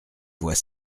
voix